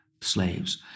slaves